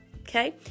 okay